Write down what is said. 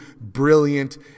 brilliant